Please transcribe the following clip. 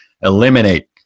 eliminate